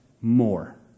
more